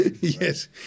Yes